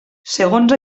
segons